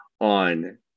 on